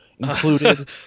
Included